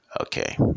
Okay